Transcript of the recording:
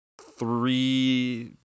three